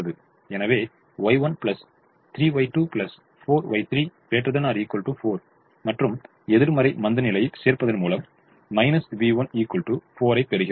எனவே Y1 3Y2 4Y3 ≥ 4 மற்றும் எதிர்மறை மந்தநிலையைச் சேர்ப்பதன் மூலம் v1 4 ஐ பெறுகிறோம்